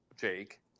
jake